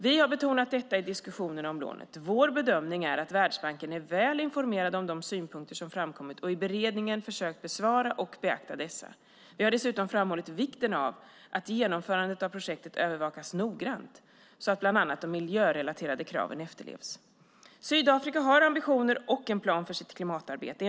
Vi har betonat detta i diskussionerna om lånet. Vår bedömning är att Världsbanken är väl informerad om de synpunkter som framkommit och i beredningen försökt besvara och beakta dessa. Vi har dessutom framhållit vikten av att genomförandet av projektet övervakas noggrant så att bland annat de miljörelaterade kraven efterlevs. Sydafrika har ambitioner och en plan för sitt klimatarbete.